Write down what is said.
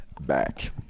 back